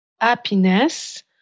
happiness